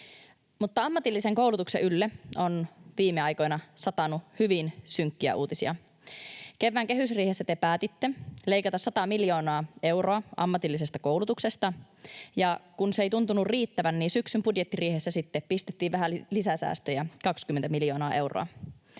Mutta ammatillisen koulutuksen ylle on viime aikoina satanut hyvin synkkiä uutisia. Kevään kehysriihessä te päätitte leikata sata miljoonaa euroa ammatillisesta koulutuksesta, ja kun se ei tuntunut riittävän, niin syksyn budjettiriihessä sitten pistettiin vähän lisäsäästöjä, 20 miljoonaa euroa.